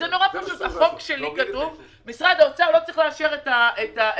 הצעת החוק שלי אומרת שמשרד האוצר לא צריך לאשר את הרכישה.